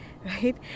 right